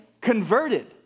converted